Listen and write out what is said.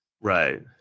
Right